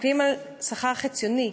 מסתכלים על שכר חציוני,